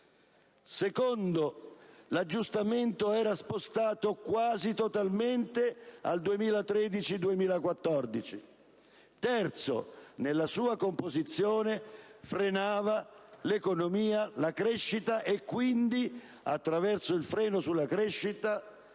luogo, l'aggiustamento era spostato quasi totalmente al 2013-2014; infine, nella sua composizione frenava l'economia e la crescita e quindi, attraverso il freno sulla crescita,